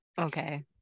Okay